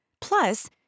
Plus